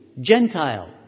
Gentile